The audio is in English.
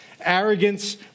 arrogance